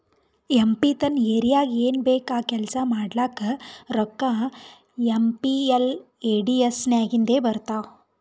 M P ತನ್ ಏರಿಯಾಗ್ ಏನ್ ಬೇಕ್ ಆ ಕೆಲ್ಸಾ ಮಾಡ್ಲಾಕ ರೋಕ್ಕಾ ಏಮ್.ಪಿ.ಎಲ್.ಎ.ಡಿ.ಎಸ್ ನಾಗಿಂದೆ ಬರ್ತಾವ್